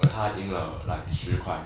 他赢了 lah like 十块